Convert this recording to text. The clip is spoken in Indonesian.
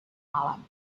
malam